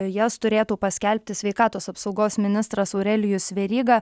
jas turėtų paskelbti sveikatos apsaugos ministras aurelijus veryga